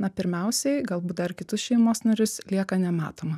na pirmiausiai galbūt dar kitus šeimos narius lieka nematoma